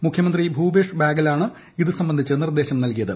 മുഖ്യമന്ത്രി ഭൂപേഷ് ബാഗലാണ് ഇത് സംബന്ധിച്ച് നിർദ്ദേശം നൽകിയത്